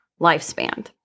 lifespan